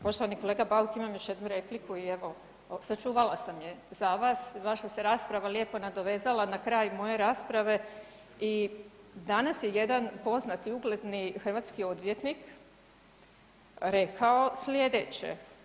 Poštovani kolega Bauk, imam još jednu repliku i evo sačuvala sam je za vas, vaša se rasprava lijepo nadovezala na kraj moje rasprave i danas je jedan poznati ugledni hrvatski odvjetnik rekao slijedeće.